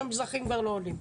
המזרחיים כבר לא עולים.